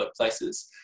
workplaces